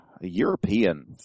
European